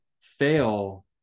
fail